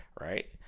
right